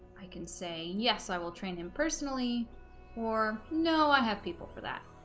i can say yes i will train them personally or no i have people for that